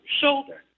shoulder